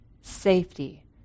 safety